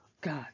god